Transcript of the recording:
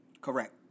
Correct